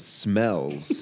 smells